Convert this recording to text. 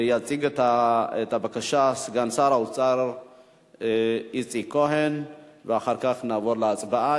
יציג את הבקשה סגן שר האוצר איציק כהן ואחר כך נעבור להצבעה,